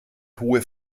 hohe